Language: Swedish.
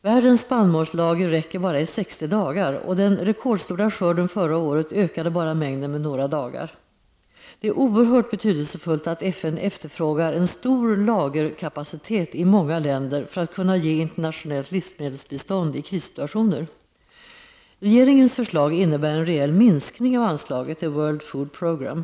Världens spannmålslager räcker bara i 60 dagar, och den rekordstora skörden förra året ökade bara mängden dagar med några få. Det är oerhört betydelsefullt att FN efterfrågar en stor lagerkapacitet i många länder för att kunna ge internationellt livsmedelsbistånd i krissituationer. Regeringens förslag innebär en reell minskning av anslaget till World Food Programme.